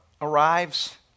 arrives